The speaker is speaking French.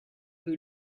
peu